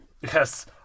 Yes